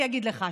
אני אגיד לך,